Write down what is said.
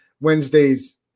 Wednesday's